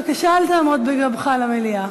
בבקשה על תעמוד בגבך למליאה.